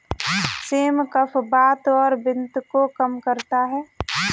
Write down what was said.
same कफ, वात और पित्त को कम करता है